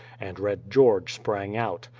and red george sprang out.